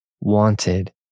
wanted